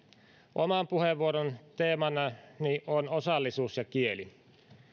oman puheenvuoroni teemana on osallisuus ja kieli